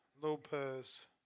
Lopez